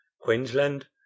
queensland